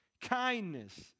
kindness